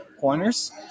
corners